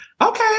okay